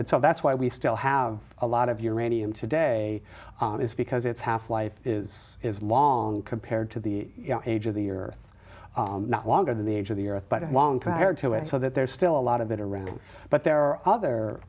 and so that's why we still have a lot of uranium today is because it's half life is is long compared to the age of the earth not longer than the age of the earth but a long time here to it so that there's still a lot of it around but there are other